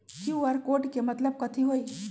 QR code के मतलब कथी होई?